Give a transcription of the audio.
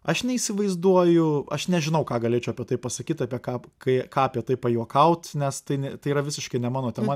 aš neįsivaizduoju aš nežinau ką galėčiau apie tai pasakyt apie ką kai ką apie tai pajuokaut nes tai ne tai yra visiškai ne mano tema